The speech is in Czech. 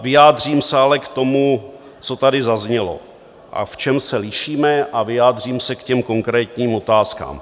Vyjádřím se ale k tomu, co tady zaznělo a v čem se lišíme a vyjádřím se k těm konkrétním otázkám.